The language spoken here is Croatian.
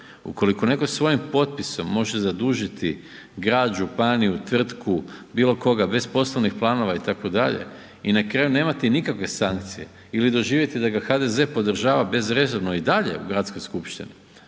ukoliko netko svojim potpisom može zadužiti, grad, županiju, tvrtku, bilo koga bez poslovnih planova itd. i na kraju nemati nikakve sankcije ili doživjeti da ga HDZ podržava bezrezervno i dalje u Gradskoj skupštini